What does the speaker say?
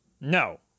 No